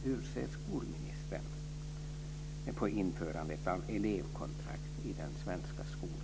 Hur ser skolministern på införandet av elevkontrakt i den svenska skolan?